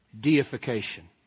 Deification